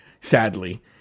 sadly